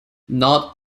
not